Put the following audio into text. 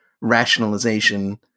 rationalization